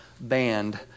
band